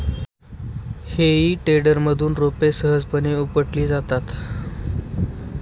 हेई टेडरमधून रोपे सहजपणे उपटली जातात